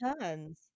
turns